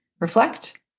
Reflect